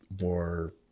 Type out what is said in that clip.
more